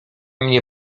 mnie